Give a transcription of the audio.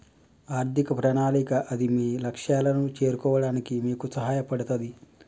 ఆర్థిక ప్రణాళిక అది మీ లక్ష్యాలను చేరుకోవడానికి మీకు సహాయపడతది